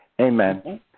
Amen